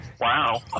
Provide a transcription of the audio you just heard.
Wow